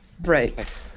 Right